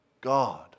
God